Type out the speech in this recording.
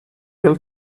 will